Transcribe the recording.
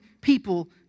people